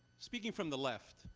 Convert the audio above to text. speaking from the left,